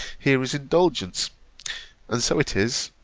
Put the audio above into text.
here is indulgence and so it is,